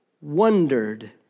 wondered